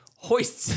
Hoist